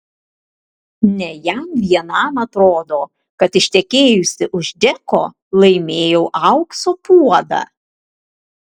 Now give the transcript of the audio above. ne jam vienam atrodo kad ištekėjusi už džeko laimėjau aukso puodą